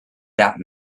that